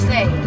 Say